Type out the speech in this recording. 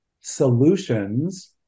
solutions